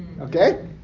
okay